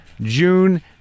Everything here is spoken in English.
June